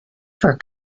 for